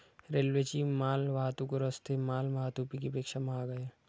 रेल्वेची माल वाहतूक रस्ते माल वाहतुकीपेक्षा महाग आहे